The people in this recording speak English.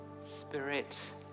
Spirit